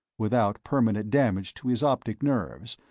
without permanent damage to his optic nerves,